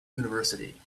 university